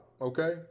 okay